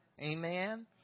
Amen